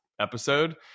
episode